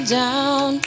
down